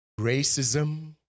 racism